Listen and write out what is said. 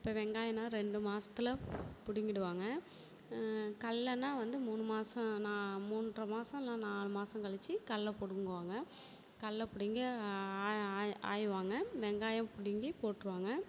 இப்போ வெங்காயம்னால் ரெண்டு மாசத்தில் பிடிங்கிடுவாங்க கடலன்னா வந்து மூணு மாதம் நா மூன்றரை மாதம் இல்லை நாலு மாதம் கழிச்சு கடல பிடுங்குவாங்க கடல பிடுங்கி ஆய்வாங்க வெங்காயம் பிடிங்கி போட்டிருவாங்க